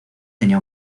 tenía